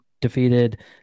defeated